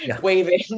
waving